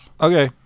Okay